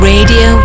Radio